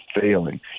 failing